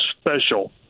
special